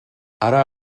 ara